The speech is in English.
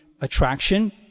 attraction